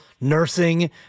nursing